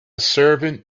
servant